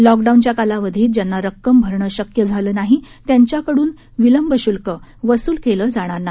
लॉकडाऊनच्या कालावधीत ज्यांना रक्कम भरणे शक्य झालं नाही त्यांच्याकडून विलंबशुल्क वसूल केले जाणार नाही